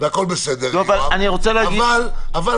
בווקטור